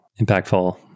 impactful